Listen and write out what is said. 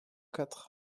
quatre